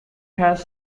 has